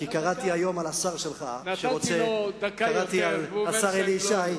כי קראתי היום על השר שלך, השר ישי,